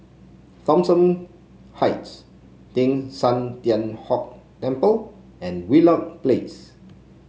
Thomson Heights Teng San Tian Hock Temple and Wheelock Place